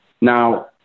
Now